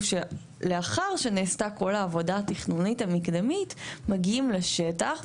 לאחר שנעשתה כל העבודה התכנונית המקדמית מגיעים לשטח,